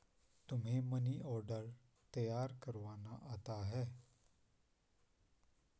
तुम्हें money order तैयार करवाना आता है?